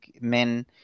men